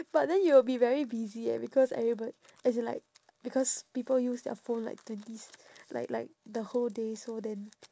but then you will be very busy eh because everybo~ as in like because people use their phone like twenty s~ like like the whole day so then